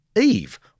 Eve